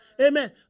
Amen